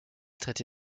traité